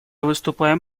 выступаем